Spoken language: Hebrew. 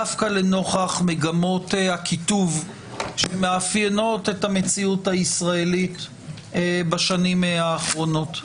דווקא נוכח מגמות הקיטוב שמאפיינות את המציאות הישראלית בשנים האחרונות.